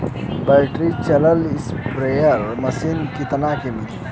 Battery चलत sprayer machine कितना क मिली?